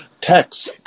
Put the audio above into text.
Text